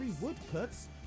woodcuts